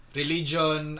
religion